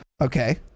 Okay